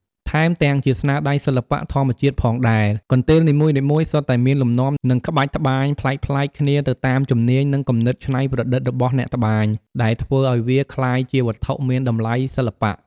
ថែមទាំង ជាស្នាដៃសិល្បៈធម្មជាតិផងដែរ កន្ទេលនីមួយៗសុទ្ធតែមានលំនាំ និងក្បាច់ត្បាញប្លែកៗគ្នាទៅតាមជំនាញ និងគំនិតច្នៃប្រឌិតរបស់អ្នកត្បាញ ដែលធ្វើឲ្យវាក្លាយជាវត្ថុមានតម្លៃសិល្បៈ។